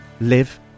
live